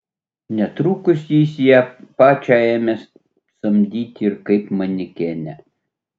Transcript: netrukus jis ją pačią ėmė samdyti ir kaip manekenę